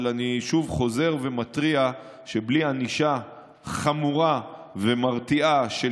אבל אני שוב חוזר ומתריע שבלי ענישה חמורה ומרתיעה של